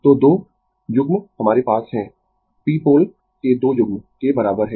तो 2 युग्म हमारे पास है p पोल के 2 युग्म के बराबर है